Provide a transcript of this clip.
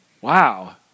Wow